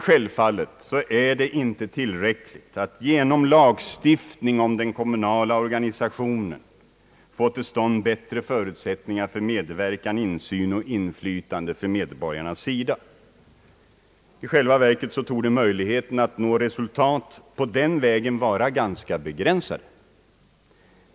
Självfallet är det inte tillräckligt att genom lagstiftning om den kommunala organisationen få till stånd bättre förutsättningar för medverkan, insyn och inflytande från medborgarnas sida. I själva verket torde möjligheterna att den vägen nå resultat vara ganska begränsade.